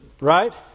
Right